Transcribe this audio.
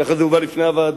כך זה הובא לפני הוועדה,